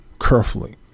carefully